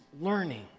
learning